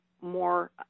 more